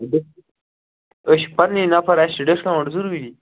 ڈِس أسۍ چھِ پَنٕنی نَفَر اَسہِ چھِ ڈِسکاوُنٛٹ ضروٗری